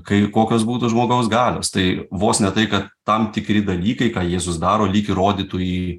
kai kokios būtų žmogaus galios tai vos ne tai kad tam tikri dalykai ką jėzus daro lyg ir rodytų į